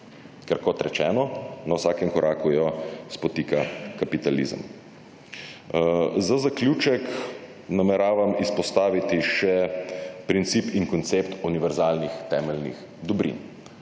ker, kot rečeno, na vsakem jo spotika kapitalizem. Za zaključek nameravam izpostaviti še princip in koncept univerzalnih temeljnih dobrin.